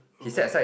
he set aside